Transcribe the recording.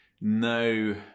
no